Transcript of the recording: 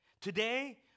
Today